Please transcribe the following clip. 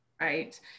right